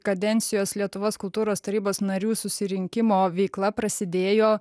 kadencijos lietuvos kultūros tarybos narių susirinkimo veikla prasidėjo